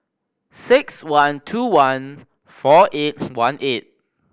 six one two one four eight one eight